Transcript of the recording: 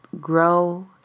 grow